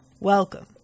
Welcome